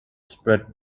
spread